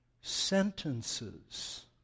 sentences